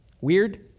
Weird